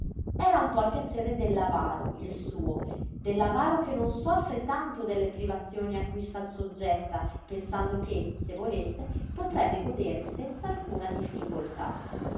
era un po il piacere dell'avaro il suo dell'avaro che non soffre tanto delle privazioni a cui s'assoggetta pensando che se volesse potrebbe godere senz'alcuna difficoltà